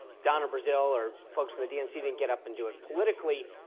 donna brazile or folks in the dnc didn't get up and do it. politically,